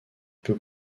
peut